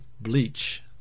bleach